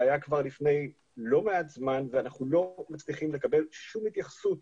זה היה כבר לפני לא מעט זמן ואנחנו לא מצליחים לקבל שום התייחסות